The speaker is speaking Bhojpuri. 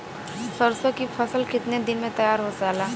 सरसों की फसल कितने दिन में तैयार हो जाला?